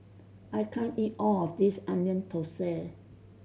I can't eat all of this Onion Thosai